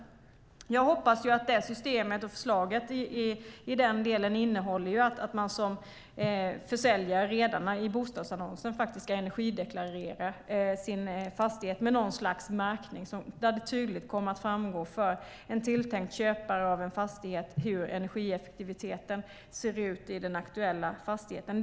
Förslaget i den delen innehåller att en säljare redan i bostadsannonsen ska energideklarera sin fastighet med något slags märkning där det tydligt framgår för en tilltänkt köpare hur energieffektiviteten ser ut i den aktuella fastigheten.